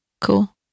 Cool